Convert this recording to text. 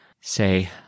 say